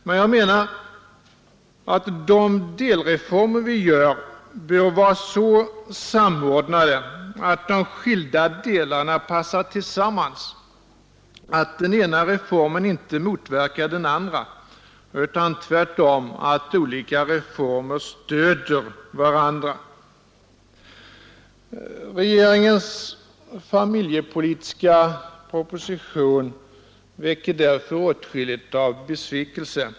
Men jag menar att de delreformer vi gör bör vara så samordnade att de skilda delarna passar tillsammans — att den ena reformen inte motverkar den andra, utan tvärtom att olika reformer stöder varandra. Regeringens familjepolitiska proposition orsakar därför åtskillig besvikelse.